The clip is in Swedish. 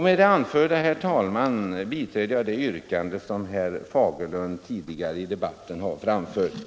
Med det anförda biträder jag, herr talman, det yrkande som herr Fagerlund tidigare under debatten har framställt.